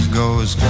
goes